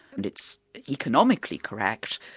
and it's economically correct,